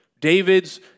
David's